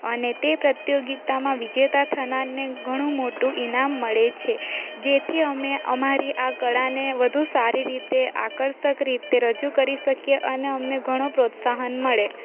અને તે પ્રતિયોગિતામાં વિજેતા થનારને ઘણું મોટું ઇનામ મળે છે જેથી અમે અમારી આ કળાને વધુ સારી રીતે આકર્ષક રીતે રજૂ કરી શકીએ અને અમને ઘણું પ્રોત્સાહન મળે